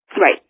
Right